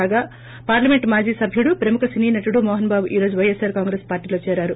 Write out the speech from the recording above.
కాగా పార్షమెంట్ మాజీ సబ్యుడు ప్రముఖ సినీ నటుడు మోహన్ బాబు ఈ రోజు వైఎస్సార్ కాంగ్రెస్ పార్లీ లో చేరారు